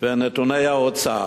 ונתוני האוצר,